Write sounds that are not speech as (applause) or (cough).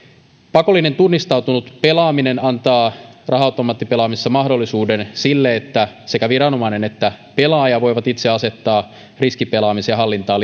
pakollinen tunnistautunut pelaaminen antaa raha automaattipelaamisessa mahdollisuuden sille että sekä viranomainen että pelaaja voivat itse asettaa riskipelaamisen hallintaan (unintelligible)